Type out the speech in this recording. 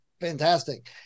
fantastic